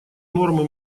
нормы